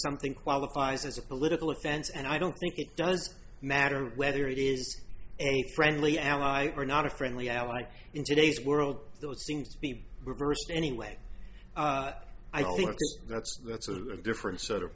something qualifies as a political offense and i don't think it does matter whether it is a friendly ally or not a friendly ally in today's world though it seems to be reversed anyway i think that's that's a different set of